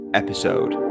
episode